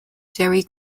gerry